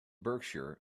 berkshire